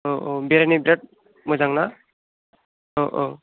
औ औ बेरायनो बिराद मोजांना औ औ